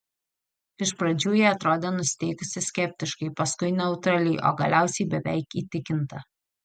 iš pradžių ji atrodė nusiteikusi skeptiškai paskui neutraliai o galiausiai beveik įtikinta